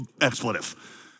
expletive